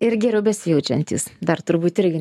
ir geriau besijaučiantys dar turbūt irgi